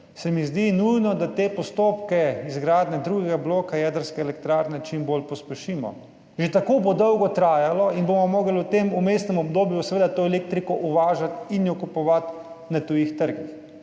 se mi zdi nujno, da te postopke izgradnje drugega bloka jedrske elektrarne čim bolj pospešimo. Že tako bo dolgo trajalo in bomo morali v tem vmesnem obdobju seveda to elektriko uvažati in jo kupovati na tujih trgih.